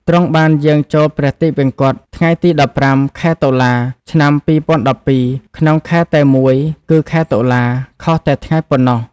ទ្រង់បានយាងចូលព្រះទិវង្គត ថ្ងៃទី១៥ ខែតុលា ឆ្នាំ២០១២ ក្នុងខែតែមួយគឺខែតុលា ខុសតែថ្ងៃប៉ុណ្ណោះ។